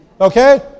Okay